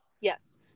Yes